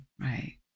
right